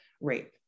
rape